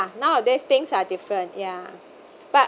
nowadays things are different yeah but